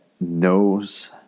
knows